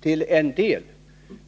till en del av vad vi krävde.